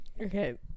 Okay